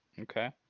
Okay